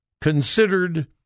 considered